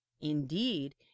indeed